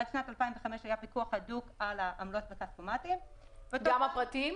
עד שנת 2005 היה פיקוח הדוק על העמלות בכספומטים --- גם הפרטיים?